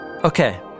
Okay